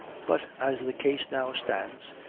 but, as the case now stands,